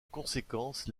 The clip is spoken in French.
conséquence